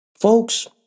Folks